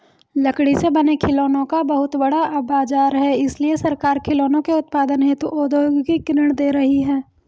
लकड़ी से बने खिलौनों का बहुत बड़ा बाजार है इसलिए सरकार खिलौनों के उत्पादन हेतु औद्योगिक ऋण दे रही है